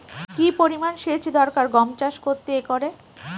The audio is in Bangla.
কি পরিমান সেচ দরকার গম চাষ করতে একরে?